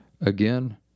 again